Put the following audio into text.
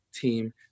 team